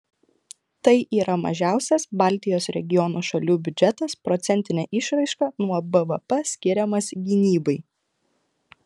tai yra mažiausias baltijos regiono šalių biudžetas procentine išraiška nuo bvp skiriamas gynybai